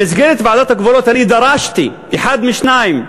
במסגרת ועדת הגבולות אני דרשתי אחד משניים: